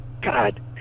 God